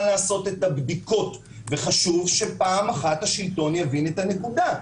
לעשות את הבדיקות וחשוב שפעם אחת השלטון יבין את הנקודה.